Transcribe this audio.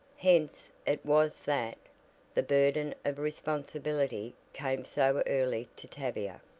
hence it was that the burden of responsibility came so early to tavia,